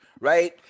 right